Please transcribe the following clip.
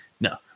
no